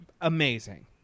amazing